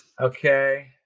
Okay